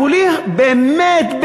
כולי באמת,